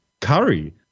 Curry